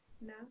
No